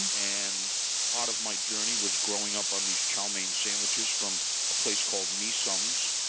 and and part of my journey was growing up on these chow mein sandwiches from a place called mee sum,